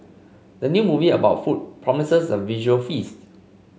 the new movie about food promises a visual feast